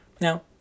Now